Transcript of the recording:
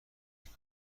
قدرت